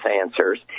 answers